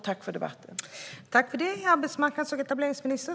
Tack för debatten!